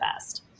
best